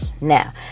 Now